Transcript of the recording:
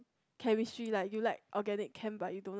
chemistry like you like organic chem but you don't like